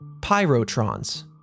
pyrotrons